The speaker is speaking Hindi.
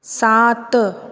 सात